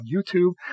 YouTube